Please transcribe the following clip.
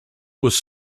was